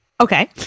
Okay